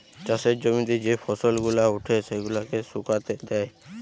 চাষের জমিতে যে ফসল গুলা উঠে সেগুলাকে শুকাতে দেয়